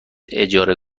اجاره